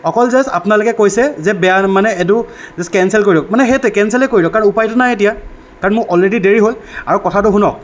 অকল জাষ্ট আপোনালোকে কৈছে যে বেয়া মানে এইটো জাষ্ট কেঞ্চেল কৰি দিয়ক মানে সেইটোৱে কেঞ্চেলেই কৰি দিয়ক কাৰণ উপায়তো নাই এতিয়া কাৰণ মোৰ অলৰেডী দেৰি হ'ল আৰু কথাটো শুনক